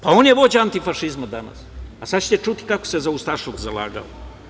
Pa, on je vođa antifašizma danas, a sada ćete čuti kako se za ustašluk zalagao.